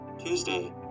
Tuesday